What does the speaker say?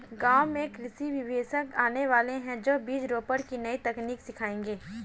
गांव में कृषि विशेषज्ञ आने वाले है, जो बीज रोपण की नई तकनीक सिखाएंगे